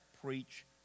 preach